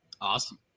awesome